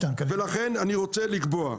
לכן, אני רוצה לומר,